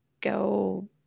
go